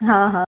हा हा